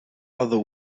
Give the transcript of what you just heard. other